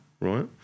right